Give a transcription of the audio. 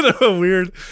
weird